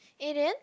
eh then